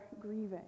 grieving